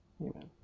amen